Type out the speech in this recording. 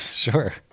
Sure